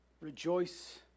Rejoice